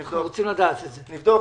נבדוק.